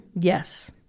Yes